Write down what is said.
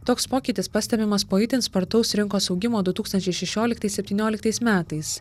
toks pokytis pastebimas po itin spartaus rinkos augimo du tūkstančiai šešioliktais septynioliktais metais